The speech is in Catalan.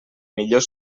millor